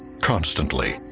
Constantly